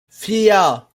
vier